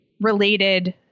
related